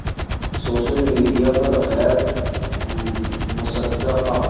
social media پر غیر مصدق